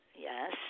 Yes